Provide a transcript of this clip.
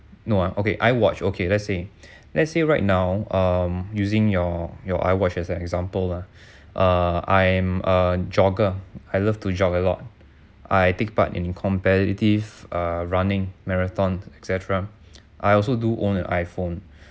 no okay iwatch okay let's say let's say right now um using your your iwatch as an example lah uh I'm a jogger I love to jog a lot I take part in competitive uh running marathon et cetera I also do own an iphone